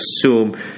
assume